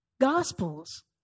gospels